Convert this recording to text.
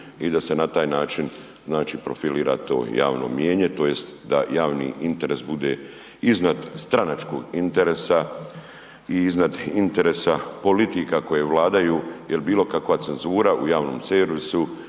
i da se na taj način znači profilira to javno mijenje tj. da javni interes bude iznad stranačkog interesa i iznad interesa politika koje vladaju jel bilo kakva cenzura u javnom servisu